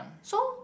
so